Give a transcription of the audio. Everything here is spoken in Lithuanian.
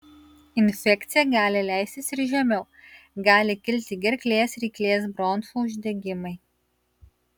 infekcija gali leistis ir žemiau gali kilti gerklės ryklės bronchų uždegimai